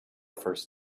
first